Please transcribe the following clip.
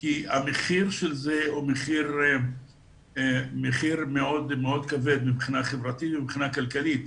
כי המחיר של זה הוא מחיר מאוד כבד מבחינה חברתית ומבחינה כלכלית.